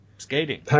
skating